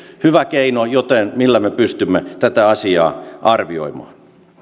hyvä keino millä me pystymme tätä asiaa arvioimaan